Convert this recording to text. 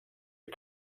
are